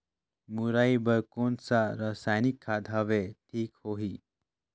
मुरई बार कोन सा रसायनिक खाद हवे ठीक होही?